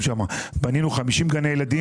בנינו 50 גני ילדים